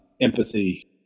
empathy